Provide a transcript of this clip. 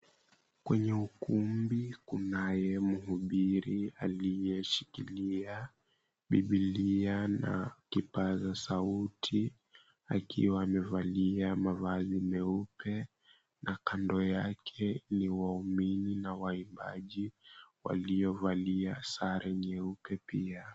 Kwenye ukumbi kunaye mhubiri aliyeshikilia bibilia na kipaza sauti akiwa amevalia mavazi meupe na kando yake ni waumini na waimbaji waliovalia sare nyeupe pia.